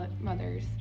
mother's